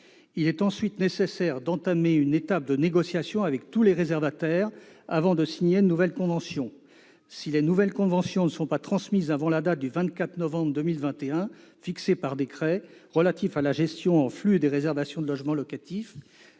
Il est ensuite nécessaire d'entamer une étape de négociation avec tous les réservataires, avant de signer de nouvelles conventions. Si celles-ci ne sont pas transmises avant la date du 24 novembre 2021, fixée par le décret du 20 février 2020 relatif à la gestion en flux des réservations de logements locatifs